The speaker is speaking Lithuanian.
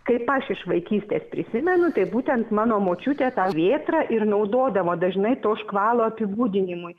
kaip aš iš vaikystės prisimenu tai būtent mano močiutė tą vėtrą ir naudodavo dažnai to škvalo apibūdinimui